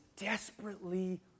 desperately